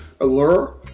Allure